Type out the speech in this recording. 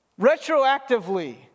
retroactively